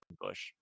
bush